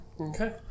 Okay